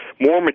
more